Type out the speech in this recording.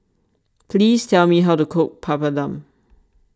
please tell me how to cook Papadum